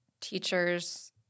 teachers